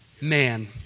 man